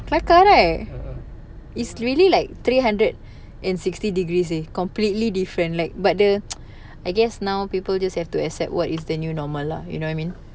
a'ah